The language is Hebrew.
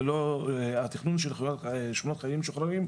ללא התכנון של שכונת חיילים משוחררים.